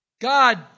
God